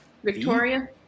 Victoria